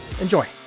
Enjoy